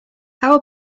how